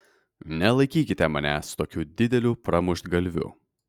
nelaikykite manęs tokiu dideliu pramuštgalviu